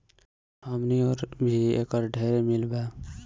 हमनी ओर भी एकर ढेरे मील बा